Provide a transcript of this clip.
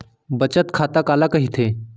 बचत खाता काला कहिथे?